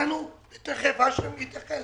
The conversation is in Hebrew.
אצלנו בתוכנית, ותכף האשם יתייחס.